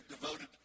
devoted